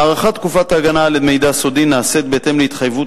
הארכת תקופת ההגנה על מידע סודי נעשית בהתאם להתחייבות